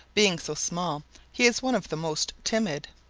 being so small he is one of the most timid.